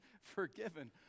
forgiven